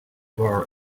war